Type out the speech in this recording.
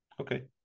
okay